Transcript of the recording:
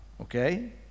okay